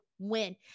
win